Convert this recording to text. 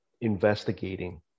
investigating